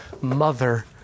mother